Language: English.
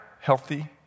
healthy